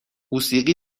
موسیقی